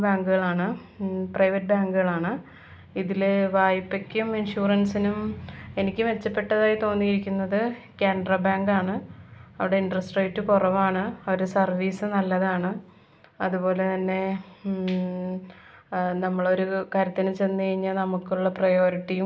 അപ്പോൾ എല്ലാവരും പറയും എൻ്റെ ഫ്രണ്ട്സൊക്കെ പറയും ഡിയോഡ്രൻ്റ് ഒന്നും യൂസ് ചെയ്യാതെ നീ പുറത്തേക്ക് ഇറങ്ങല്ലേ നല്ല സ്മെല്ലാണെന്ന് അപ്പം ഞാൻ പറഞ്ഞു എൻ്റെ കഴിഞ്ഞിരികുകയാണ് ഒന്നു കൊണ്ടു വന്നോ എന്നു പറഞ്ഞു ജാസ്മിൻ്റെ ഫ്ളേവറിലുള്ളത് പറഞ്ഞു അതുകൊണ്ട് വന്ന് കൊണ്ടു വരികയും ചെയ്തു പക്ഷെ എന്താണെന്നു വച്ച് കഴിഞ്ഞാൽ സ്മെല്ല് അധികനേരം ലോങ്ങ് ലാസ്റ്റ് അല്ല പെട്ടെന്ന് തന്നെ അതിൻ്റെ സ്മെല്ല് പോവുകയാ ണ്